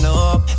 up